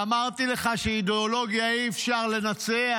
ואמרתי לך שאידיאולוגיה אי-אפשר לנצח,